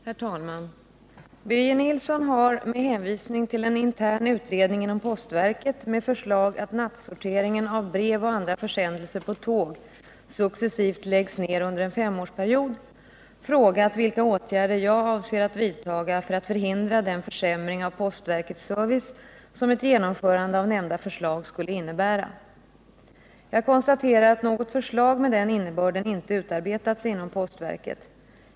Herr talman! Birger Nilsson har — med hänvisning till en intern utredning inom postverket med förslag att nattsorteringen av brev och andra försändelser på tåg successivt läggs ner under en femårsperiod — frågat vilka åtgärder jag avser att vidtaga för att förhindra den försämring av postverkets service som ett genomförande av nämnda förslag skulle innebära. Jag konstaterar att något förslag med den innebörden inte utarbetats inom postverket.